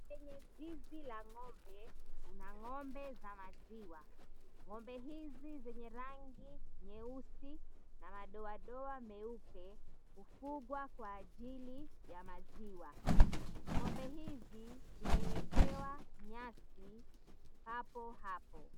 Kwenye zizi la ng'ombe, kuna ng'ombe za maziwa. Ng'ombe hizi zenye rangi nyeusi na madoadoa meupe, hufugwa kwa ajili ya maziwa. Ng'ombe hizi zimewekewa nyasi hapo hapo.